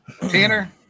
Tanner